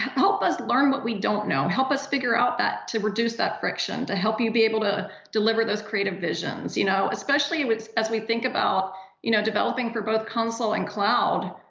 help us learn what we don't know. help us figure out that, to reduce that friction. to help you be able to deliver those creative visions. you know especially as we think about you know developing for both console and cloud.